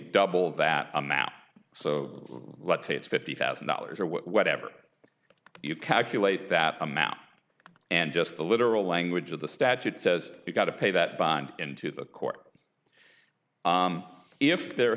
double that amount so let's say it's fifty thousand dollars or whatever you calculate that amount and just the literal language of the statute says you've got to pay that bond into the court if there